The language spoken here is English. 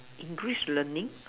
English learning